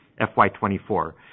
FY24